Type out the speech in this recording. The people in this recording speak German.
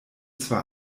zwar